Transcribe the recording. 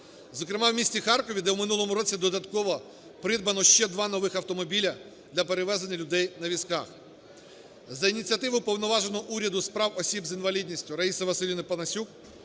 зокрема в місті Харкові, де в минулому році додатково придбано ще два нових автомобіля для перевезення людей на візках. За ініціативи уповноваженого Уряду з прав осіб з інвалідністю Раїси ВасилівниПанасюк